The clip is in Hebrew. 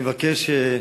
אני מבקש,